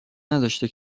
نداشته